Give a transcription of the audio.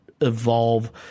evolve